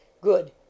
good